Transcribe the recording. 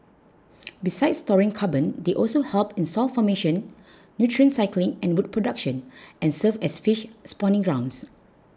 besides storing carbon they also help in soil formation nutrient cycling and wood production and serve as fish spawning grounds